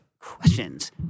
questions